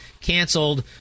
canceled